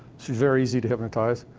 she's very easy to hypnotize,